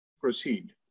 proceed